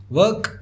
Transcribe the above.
work